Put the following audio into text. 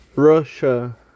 Russia